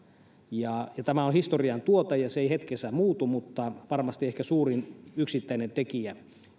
tämä on historian tuote ja se ei hetkessä muutu mutta on varmasti ehkä suurin yksittäinen tekijä